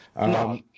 No